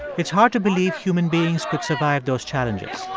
it's hard to believe human beings could survive those challenges